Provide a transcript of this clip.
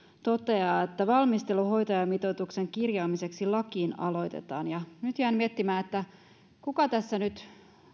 toteaa että valmistelu hoitajamitoituksen kirjaamiseksi lakiin aloitetaan nyt jään miettimään kuka tässä nyt